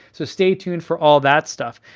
so stay tuned for all that stuff.